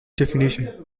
definition